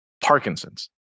Parkinson's